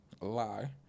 lie